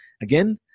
Again